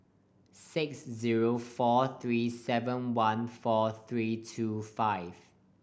six zero four three seven one four three two five